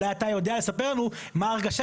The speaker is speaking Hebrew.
אולי אתה יודע לספר לנו מה הרגשה